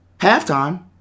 halftime